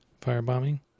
firebombing